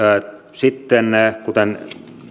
sitten kuten